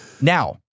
Now